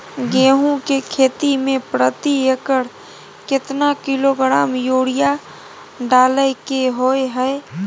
गेहूं के खेती में प्रति एकर केतना किलोग्राम यूरिया डालय के होय हय?